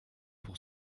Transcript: pour